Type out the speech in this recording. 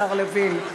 השר לוין.